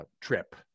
trip